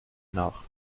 nach